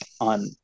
on